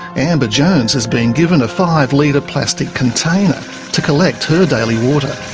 amber jones has been given a five-litre plastic container to collect her daily water.